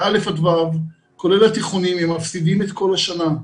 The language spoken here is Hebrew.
א-ו', כולל התיכונים, מפסידים את כל השנה.